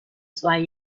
zwei